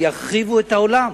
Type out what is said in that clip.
הן יחריבו את העולם.